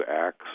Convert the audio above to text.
acts